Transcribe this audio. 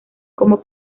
como